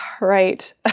right